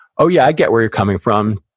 oh, yeah, i get where you're coming from.